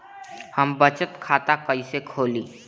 हम बचत खाता कईसे खोली?